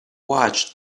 watched